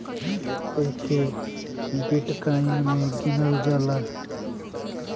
एके बिट्काइन मे गिनल जाला